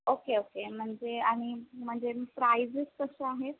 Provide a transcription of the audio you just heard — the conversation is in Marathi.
ओके ओके म्हणजे आणि म्हणजे प्राइजेस कसे आहेत